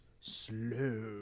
slow